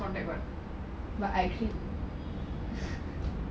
contact what no I